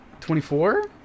24